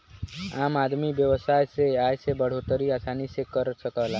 आम आदमी व्यवसाय से आय में बढ़ोतरी आसानी से कर सकला